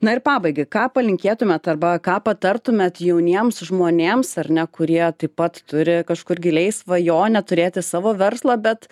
na ir pabaigai ką palinkėtumėt arba ką patartumėt jauniems žmonėms ar ne kurie taip pat turi kažkur giliai svajonę turėti savo verslą bet